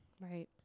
Right